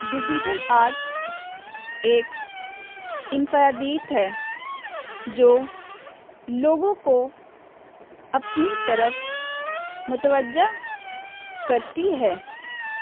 digital art ایک انفرادیت ہے جو لوگوں کو اپنی طرف متوجہ کرتی ہے